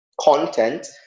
content